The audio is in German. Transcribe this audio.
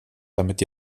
damit